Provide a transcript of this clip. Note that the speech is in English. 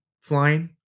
flying